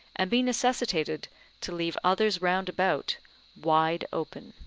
and be necessitated to leave others round about wide open.